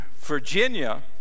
Virginia